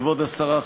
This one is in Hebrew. כבוד השרה,